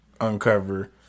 uncover